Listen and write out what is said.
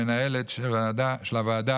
המנהלת של הוועדה,